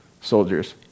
soldiers